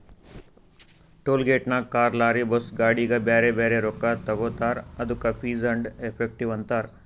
toll ಗೇಟ್ನಾಗ್ car, lorry, bus, ಗಾಡಿಗ ಬ್ಯಾರೆ ಬ್ಯಾರೆ ರೊಕ್ಕಾ ತಗೋತಾರ್ ಅದ್ದುಕ ಫೀಸ್ ಆ್ಯಂಡ್ ಎಫೆಕ್ಟಿವ್ ಅಂತಾರ್